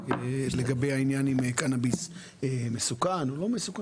לגבי העניין עם קנביס מסוכן או לא מסוכן.